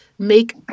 make